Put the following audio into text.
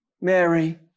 Mary